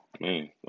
man